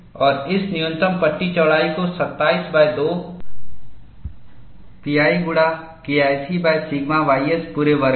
और इस न्यूनतम पट्टी चौड़ाई को 272 pi गुणा KIC जिसे सिग्मा ys पूरे वर्ग द्वारा विभाजित किया गया है